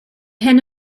hyn